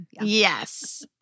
Yes